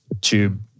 tube